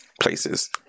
Places